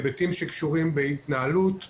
היבטים הקשורים בהתנהלות,